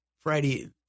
Friday